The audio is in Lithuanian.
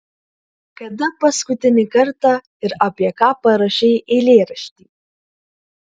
kada paskutinį kartą ir apie ką parašei eilėraštį